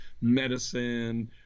medicine